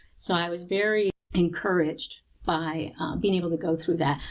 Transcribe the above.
so i was very encouraged by being able to go through that.